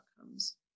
outcomes